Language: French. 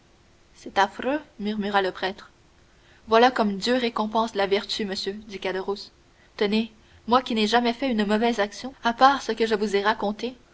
c'est affreux murmura le prêtre voilà comme dieu récompense la vertu monsieur dit caderousse tenez moi qui n'ai jamais fait une mauvaise action à part ce que je vous ai raconté